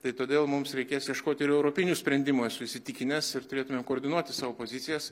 tai todėl mums reikės ieškot ir europinių sprendimų esu įsitikinęs ir turėtumėm koordinuoti savo pozicijas